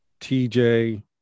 TJ